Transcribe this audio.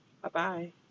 Bye-bye